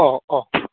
अ अ